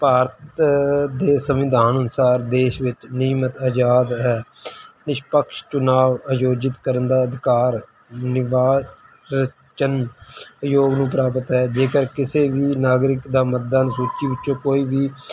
ਭਾਰਤ ਦੇ ਸੰਵਿਧਾਨ ਅਨੁਸਾਰ ਦੇਸ਼ ਵਿੱਚ ਨਿਯਮਤ ਆਜ਼ਾਦੀ ਹੈ ਨਿਸ਼ਪਕਸ਼ ਚੁਣਾਵ ਆਯੋਜਿਤ ਕਰਨ ਦਾ ਅਧਿਕਾਰ ਨਿਰਵਾਚਨ ਆਯੋਗ ਨੂੰ ਪ੍ਰਾਪਤ ਹੈ ਜੇਕਰ ਕਿਸੇ ਵੀ ਨਾਗਰਿਕ ਦਾ ਮਤਦਾਨ ਸੂਚੀ ਵਿੱਚੋਂ ਕੋਈ ਵੀ